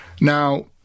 Now